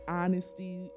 honesty